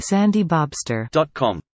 SandyBobster.com